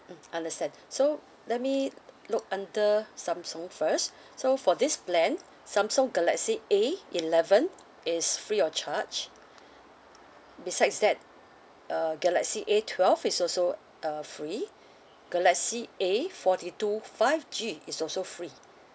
mm understand so let me look under Samsung first so for this plan Samsung galaxy A eleven is free of charge besides that uh galaxy A twelve is also uh free galaxy A forty two five G is also free